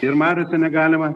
ir mariose negalima